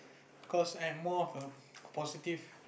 cause I'm more of a positive